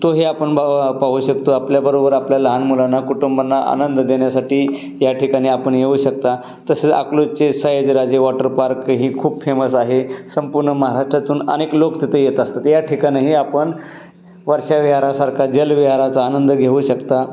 तोही आपण पाहू शकतो आपल्याबरोबर आपल्या लहान मुलांना कुटुंबांना आनंद देण्यासाठी या ठिकाणी आपण येऊ शकता तसेच अकलूजचे सयाजीराजे वॉटर पार्क ही खूप फेमस आहे संपूर्ण महाराष्ट्रातून अनेक लोक तिथे येत असतात या ठिकाणीही आपण वर्षाविहारासारखा जलविहाराचा आनंद घेऊ शकता